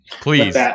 please